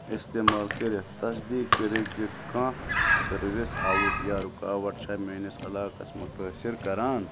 استعمال کٔرتھ تصدیٖق کٔرتھ زِ کانٛہہ سٔروس آوُٹ یا رکاوٹ چھا میٛٲنس علاقس متٲثر کران